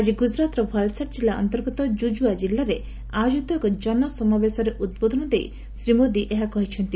ଆଜି ଗୁଜୁରାଟର ଭାଲସାଦ ଜିଲ୍ଲା ଅନ୍ତର୍ଗତ କୁଜୁଆ ଗ୍ରାମରେ ଆୟୋଜିତ ଏକ ଜନସମାବେଶରେ ଉଦ୍ବୋଧନ ଦେଇ ଶ୍ରୀ ମୋଦି ଏହା କହିଛନ୍ତି